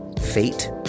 fate